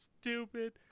stupid